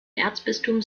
erzbistum